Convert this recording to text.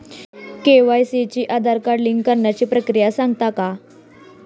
KYC शी Aadhaar card link करण्याची प्रक्रिया सांगता का?